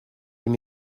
give